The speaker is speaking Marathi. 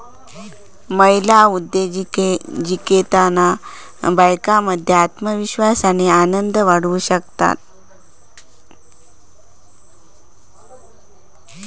महिला उद्योजिकतेतना बायकांमध्ये आत्मविश्वास आणि आनंद वाढू शकता